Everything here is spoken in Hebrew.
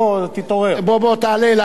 היועץ המשפטי, בוא תעלה אלי.